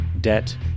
Debt